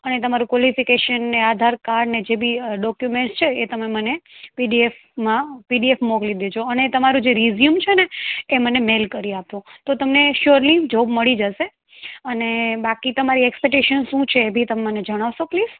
અને તમારું કોલિફિકેશન ને આધાર કાર્ડ ને જે બી ડોક્યુમેન્ટ્સ છે એ તમે મને પીડીએફમાં પીડીએફ મોકલી દેજો અને તમારું જે રીઝયુમ છે ને એ મને મેલ કરી આપો તો તમને શ્યોરલી જોબ મળી જશે અને બાકી તમારી એક્સપેક્ટેશન શું છે એ બી તમે મને જણાવશો પ્લીસ